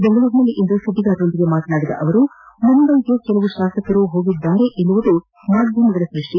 ಬೆಂಗಳೂರಿನಲ್ಲಿ ಸುದ್ವಿಗಾರರೊಂದಿಗೆ ಮಾತನಾಡಿದ ಅವರು ಮುಂಬೈಗೆ ಕೆಲವು ಶಾಸಕರು ಹೋಗಿದ್ದಾರೆ ಎನ್ನುವುದು ಮಾಧ್ಯಮಗಳ ಸೃಷ್ಕಿ